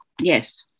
Yes